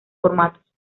formatos